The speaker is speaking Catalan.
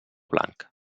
blanc